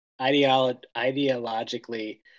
ideologically